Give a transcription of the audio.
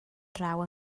draw